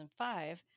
2005